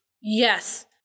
Yes